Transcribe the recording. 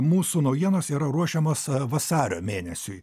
mūsų naujienos yra ruošiamos vasario mėnesiui